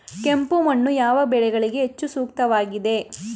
ಕೆಂಪು ಮಣ್ಣು ಯಾವ ಬೆಳೆಗಳಿಗೆ ಹೆಚ್ಚು ಸೂಕ್ತವಾಗಿದೆ?